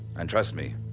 and trust me,